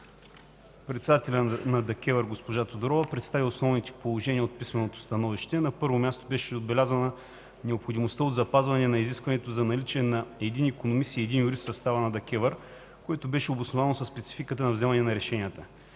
Председателят на Комисията госпожа Тодорова представи основните положения от писменото становище. На първо място беше отбелязана необходимостта от запазване на изискването за наличие на един икономист и един юрист в състава на ДКЕВР, което беше обосновано със спецификата на взиманите решения.